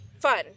fun